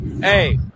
hey